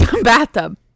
Bathtub